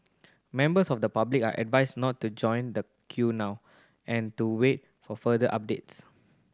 members of the public are advised not to join the queue now and to wait for further updates